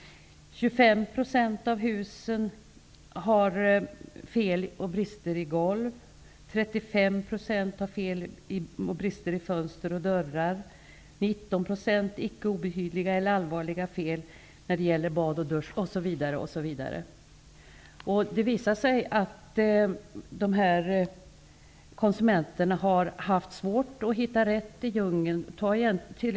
25 % av husen har fel och brister i golv, 35 % har fel och brister i fönster och dörrar, 19 % har icke obetydliga eller allvarliga fel när det gäller bad och dusch osv. f411 > Det visar sig att konsumenterna har haft svårt att hitta rätt i djungeln.